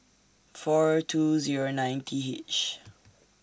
four two Zero nine T H